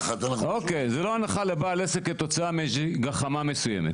לא הנחה לבעל עסק כתוצאה מגחמה מסוימת.